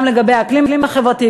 גם לגבי האקלים החברתי,